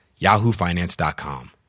yahoofinance.com